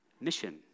mission